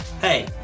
Hey